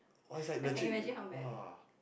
oh is like legit you !wah!